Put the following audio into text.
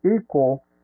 equal